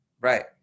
right